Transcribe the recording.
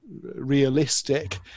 realistic